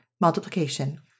multiplication